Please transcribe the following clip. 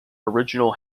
original